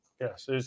Yes